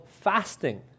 fasting